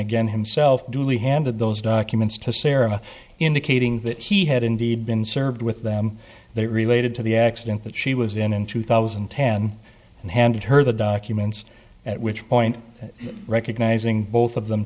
again himself duly handed those documents to sarah indicating that he had indeed been served with them that related to the accident that she was in in two thousand and ten and handed her the documents at which point recognizing both of them